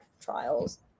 trials